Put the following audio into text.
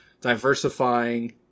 diversifying